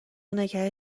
نگه